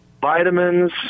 vitamins